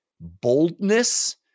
boldness